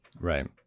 right